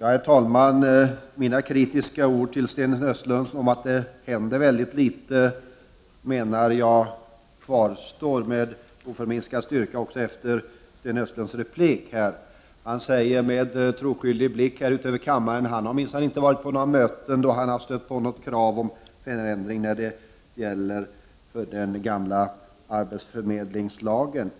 Herr talman! Mina kritiska ord till Sten Östlund om att det händer mycket litet kvarstår med oförminskad styrka även efter Sten Östlunds replik. Sten Östlund sade med troskyldig blick riktad utöver kammaren att han minsann inte på några möten har stött på några krav på en ändring av den gamla arbetsförmedlingslagen.